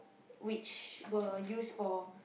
which were use for